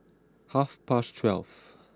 half past twelve